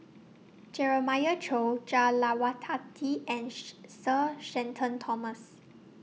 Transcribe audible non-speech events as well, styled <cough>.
Jeremiah Choy Jah Lelawati and <noise> Sir Shenton Thomas